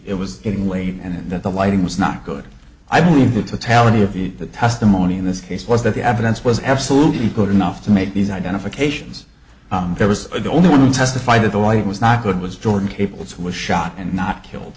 it was getting late and that the lighting was not good i believe the totality of the testimony in this case was that the evidence was absolutely good enough to make these identifications there was the only one who testified that the light was not good was jordan cable's was shot and not killed